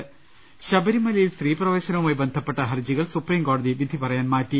് ശബരിമലയിൽ സ്ത്രീപ്രവേശനവുമായി ബന്ധപ്പെട്ട ഹർജികൾ സുപ്രീം കോടതി വിധി പറയാൻ മാറ്റി